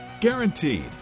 Guaranteed